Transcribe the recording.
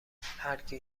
هرکی